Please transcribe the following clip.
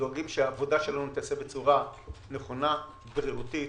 דואגים שהעבודה שלנו תיעשה בצורה נכונה בריאותית,